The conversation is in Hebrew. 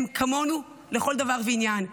הן כמונו לכל דבר ועניין.